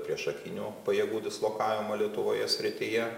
priešakinių pajėgų dislokavimo lietuvoje srityje